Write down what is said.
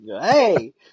hey